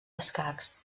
escacs